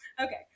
Okay